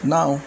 Now